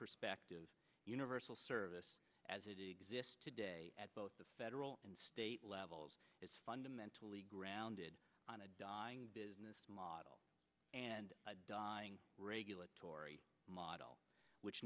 perspective of universal service as it exists today at both the federal and state levels is fundamentally grounded on a dying business model and dying regulatory model which